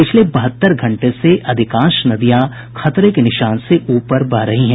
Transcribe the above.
पिछले बहत्तर घंटे से अधिकांश नदियां खतरे के निशान से ऊपर बह रही हैं